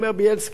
בילסקי,